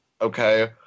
okay